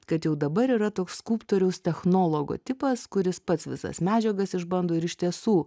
kad jau dabar yra toks skulptoriaus technologo tipas kuris pats visas medžiagas išbando ir iš tiesų